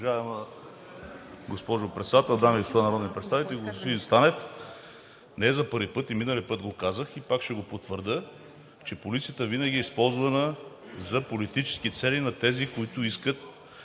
Уважаема госпожо Председател, дами и господа народни представители! Господин Станев, не за първи път и миналия път го казах, и пак ще го потвърдя, че полицията винаги е използвана за политически цели на тези, които искат